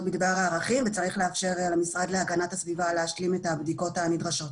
בדבר הערכים וצריך לאפשר למשרד להגנת הסביבה להשלים את הבדיקות הנדרשות.